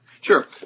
Sure